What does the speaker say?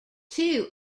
two